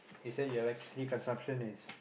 he say your electricity consumption is